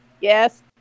Yes